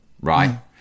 right